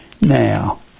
now